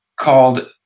called